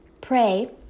pray